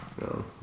no